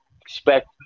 expect